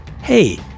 Hey